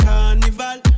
Carnival